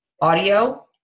audio